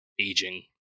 aging